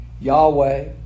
Yahweh